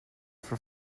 for